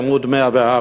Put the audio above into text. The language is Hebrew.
עמוד 104: